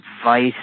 advice